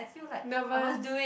nervous